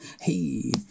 Hey